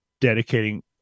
dedicating